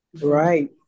Right